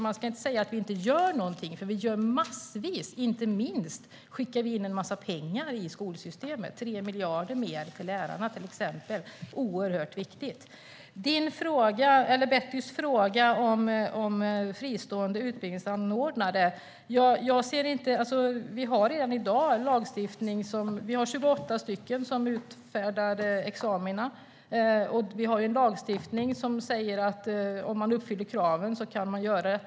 Man ska inte säga att vi inte gör någonting. Vi gör massvis. Inte minst skickar vi in en massa pengar i skolsystemet. Det är 3 miljarder mer till lärarna. Det är oerhört viktigt. När det gäller Betty Malmbergs fråga om fristående utbildningsanordnare har vi redan i dag 28 sådana som utfärdar examina, och vi har en lagstiftning som säger att om man uppfyller kraven kan man göra det.